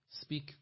speak